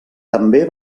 també